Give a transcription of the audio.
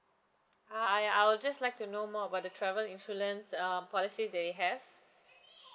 hi I'll just like to know more about the travel insurance um policies that you have